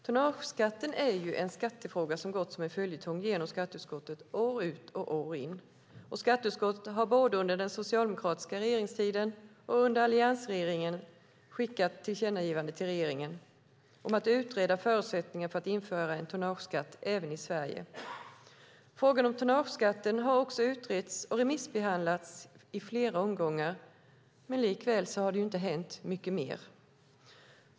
Tonnageskatten är en skattefråga som gått som en följetong genom skatteutskottet år ut och år in. Skatteutskottet har både under den socialdemokratiska regeringstiden och under alliansregeringen skickat tillkännagivanden till regeringen om att utreda förutsättningarna för en tonnageskatt även i Sverige. Frågan om tonnageskatten har också utretts och remissbehandlats i flera omgångar, men likväl har det inte hänt mycket mer.